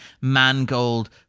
Mangold